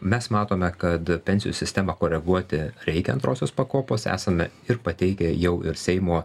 mes matome kad pensijų sistemą koreguoti reikia antrosios pakopos esame ir pateikę jau ir seimo